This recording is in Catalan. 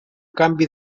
canvi